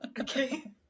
Okay